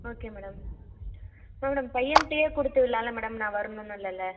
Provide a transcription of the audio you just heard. okay madam ஆ madam பையன்ட்டேயே கொடுத்து விடலாம்ல மேடம் நான் வரணும்னு இல்லைல்ல